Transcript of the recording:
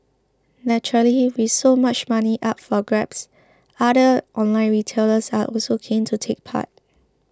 naturally with so much money up for grabs other online retailers are also keen to take part